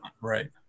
right